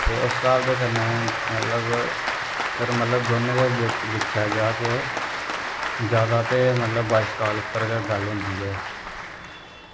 ते उस स्हाब दे कन्नै मतलब मतलब अगर मतलब दौनें दे बिच्च दिक्खेआ जा ते जादा ते मतलव वायस काल उप्पर गै गल्ल होंदी ऐ